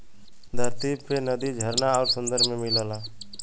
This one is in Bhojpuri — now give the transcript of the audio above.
धरती पे नदी झरना आउर सुंदर में मिलला